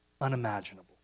unimaginable